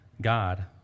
God